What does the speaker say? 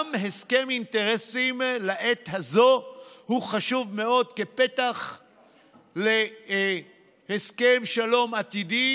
גם הסכם אינטרסים לעת הזאת הוא חשוב מאוד כפתח להסכם שלום עתידי